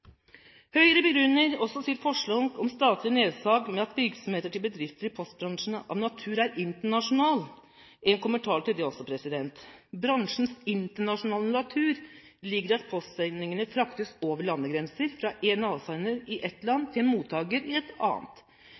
Høyre begrunner også sitt forslag om statlig nedsalg med at virksomheter til bedrifter i postbransjen av natur er internasjonale. Jeg har en kommentar til det også: Bransjens internasjonale natur ligger i at postsendingene fraktes over landegrenser, fra en avsender i ett land til en mottaker i et annet.